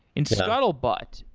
in scuttlebutt,